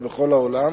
היא בכל העולם,